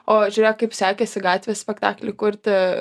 o žiūrėk kaip sekėsi gatvės spektaklį kurti